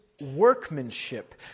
workmanship